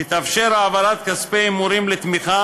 תתאפשר העברת כספי הימורים לתמיכה